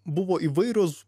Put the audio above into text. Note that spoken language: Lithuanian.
buvo įvairios